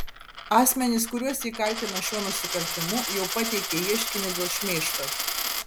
asmenys kuriuos ji kaltina šiuo nusikaltimu jau pateikė ieškinį dėl šmeižto